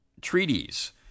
Treaties